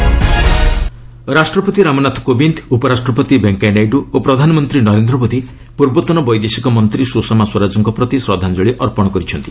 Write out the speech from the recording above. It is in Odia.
ସ୍ୱରାଜ ଡେଥ୍ ରାଷ୍ଟ୍ରପତି ରାମନାଥ କୋବିନ୍ଦ ଉପରାଷ୍ଟ୍ରପତି ଭେଙ୍କିୟାନାଇଡୁ ଓ ପ୍ରଧାନମନ୍ତ୍ରୀ ନରେନ୍ଦ୍ର ମୋଦି ପୂର୍ବତନ ବୈଦେଶିକମନ୍ତ୍ରୀ ସୁଷମା ସ୍ୱରାଜଙ୍କ ପ୍ରତି ଶ୍ରଦ୍ଧାଞ୍ଜଳି ଅର୍ପଣ କରିଛନ୍ତି